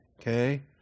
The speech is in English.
Okay